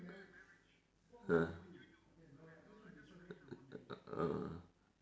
ah err